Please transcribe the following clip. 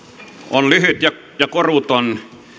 on lyhyt ja koruton